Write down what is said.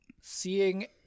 seeing